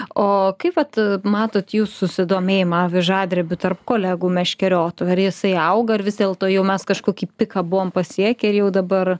o kaip vat matot jūs susidomėjimą avižadrebiu tarp kolegų meškeriotojų ar jisai auga ar vis dėlto jau mes kažkokį piką buvom pasiekę ir jau dabar